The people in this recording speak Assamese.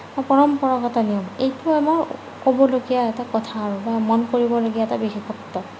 পৰম্পৰাগত নিয়ম এইটো আমাৰ ক'বলগীয়া এটা কথা আৰু বা মন কৰিবলগীয়া এটা বিশেষত্ব